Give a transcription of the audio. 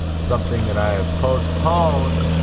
something that i have postponed.